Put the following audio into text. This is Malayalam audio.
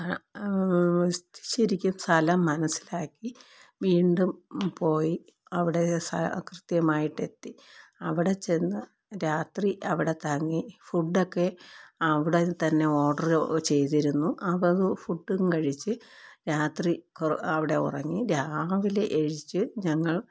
ശരിക്കും സ്ഥലം മനസ്സിലാക്കി വീണ്ടും പോയി അവിടെ സ കൃത്യമായിട്ടെത്തി അവിടെ ചെന്ന് രാത്രി അവിടെ തങ്ങി ഫുഡൊക്കെ അവിടെ തന്നെ ഓർഡറ് ചെയ്തിരുന്നു അപ്പോൾ ഫുഡും കഴിച്ച് രാത്രി കൊ അവിടെ ഉറങ്ങി രാവിലെ എണീച്ച് ഞങ്ങൾ